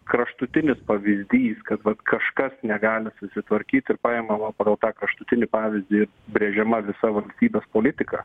kraštutinis pavyzdys kad vat kažkas negali susitvarkyti paimama pagal tą kraštutinį pavyzdį brėžiama visa valstybės politika